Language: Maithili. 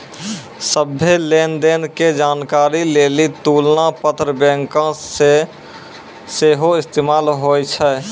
सभ्भे लेन देन के जानकारी लेली तुलना पत्र बैंको मे सेहो इस्तेमाल होय छै